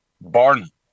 Barney